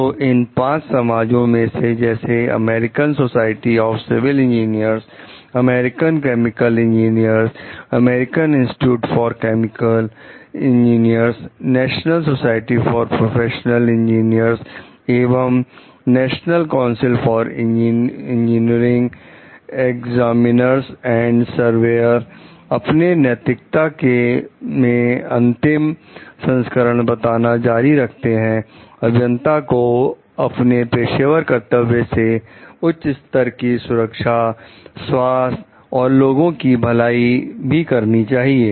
तो इन पांच समाजों में से जैसे American society of civil engineers American chemical engineer American institute for chemical engineers national society of professional engineer एवं national council for engineering examiners and surveyor अपने नैतिकता के में अंतिम संस्करण बताना जारी रखते हैं अभियंता को अपने पेशेवर कर्तव्य से उच्च स्तर की सुरक्षा स्वास्थ्य और लोगों की भलाई भी करनी चाहिए